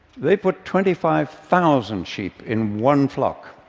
they put twenty five thousand sheep in one flock,